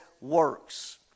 works